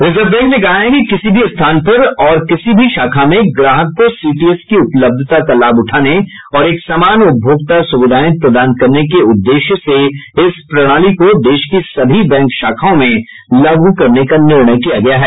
reserve bank ने कहा है कि किसी भी स्थान पर और किसी भी शाखा में ग्राहक को सीटीएस की उपलब्धता का लाभ उठाने और एक समान उपभोक्ता सुविधाएं प्रदान करने के उद्देश्य से इस प्रणाली को देश की सभी बैंक शाखाओं में लागू करने का निर्णय किया गया है